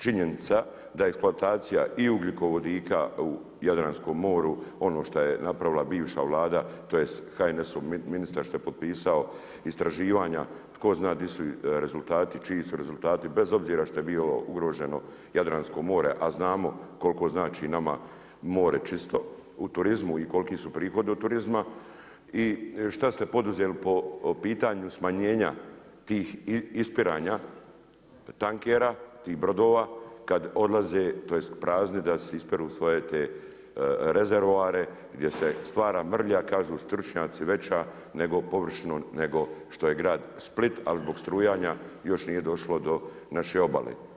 Činjenica da eksploatacija i ugljikovodika u Jadranskom moru, ono šta je napravila bivša Vlada, tj. HNS ministar što je potpisao istraživanja, tko zna di su rezultati, čiji su rezultati, bez obzira što je bilo ugroženo Jadransko more, a znamo koliko znači nama more čisto u turizmu i koliki su prihodi od turizma i šta ste poduzeli po pitanju smanjena tih ispiranja, tankera, tih brodova kad odlaze, tj. prazni da si isperu sve te rezervoare, gdje se stvara mrlja, kažu stručnjaci veća površinom nego što je grad Split, ali zbog strujanja, još nije došlo no naše obale.